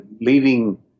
leading